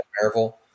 Marvel